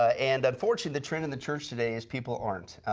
and unfortunate the trend in the church today is people aren't.